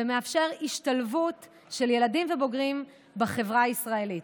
ומאפשר השתלבות של ילדים ובוגרים בחברה הישראלית.